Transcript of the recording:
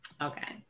Okay